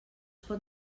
pot